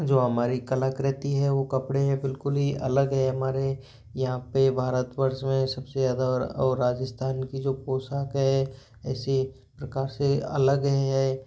जो हमारी कलाकृति हैं वो कपड़े हैं बिल्कुल ही अलग है हमारे यहाँ पे भारत वर्ष में सबसे ज़्यादा और राजस्थान की जो पोषाक है ऐसी प्रकार से अलग हैं